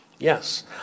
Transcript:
yes